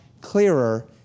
clearer